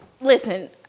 Listen